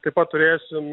taip pat turėsim